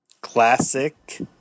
Classic